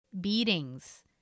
beatings